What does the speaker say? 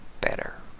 better